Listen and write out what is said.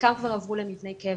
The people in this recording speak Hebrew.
חלקם כבר עברו למבני קבע,